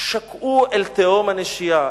שקעו אל תהום הנשייה.